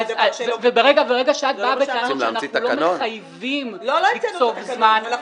ברגע שאת באה בטענות שאנחנו לא מחייבים לקצוב זמן --- לא,